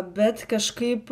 bet kažkaip